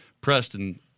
Preston